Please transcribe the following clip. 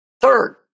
Third